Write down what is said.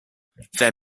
their